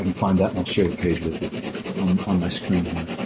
um find that and i'll share the page with you on on my screen here